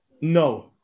No